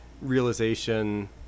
realization